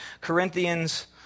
Corinthians